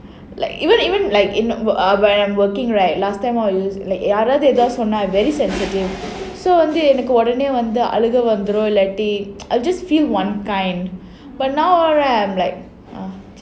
like you know even like in when I'm working right like time all யாராவது ஏதாவது சொன்னா:yaravadhu edhavadhu sonna very sad உடனே வந்து அழுகை வந்துடும் இல்லாட்டி:udane azhuka vandhudum illati I'll just feel one kind but now all right I'm like